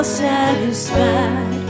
satisfied